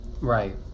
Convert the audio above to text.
Right